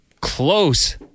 close